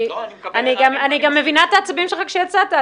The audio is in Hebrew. אני גם מבינה אתה עצבים שלך כשיצאת.